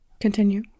Continue